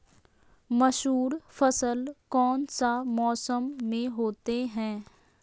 मसूर फसल कौन सा मौसम में होते हैं?